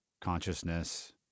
consciousness